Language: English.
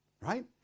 Right